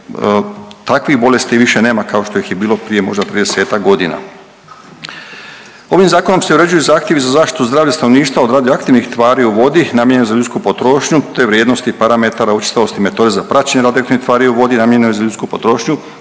takvih bolesti više nema kao što ih je bilo prije možda 50-ak godina. Ovim zakonom se uređuju zahtjevi za zaštitu zdravlja stanovništva od radioaktivnih tvari u vodi namijenjenu za ljudsku potrošnju te vrijednosti parametara učestalosti metode za praćenje radioaktivnih tvari u vodi namijenjenoj za ljudsku potrošnju.